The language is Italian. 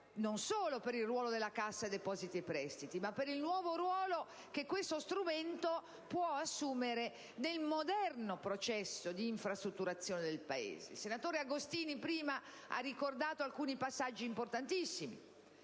non solo per il ruolo che la Cassa attualmente svolge, ma per il nuovo ruolo che questo strumento può assumere nel moderno processo di infrastrutturazione del Paese. Il senatore Agostini prima ha ricordato alcuni passaggi importantissimi,